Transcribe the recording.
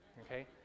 okay